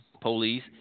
police